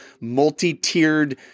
multi-tiered